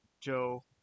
Joe